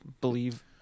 believe